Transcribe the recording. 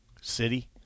City